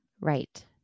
Right